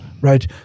right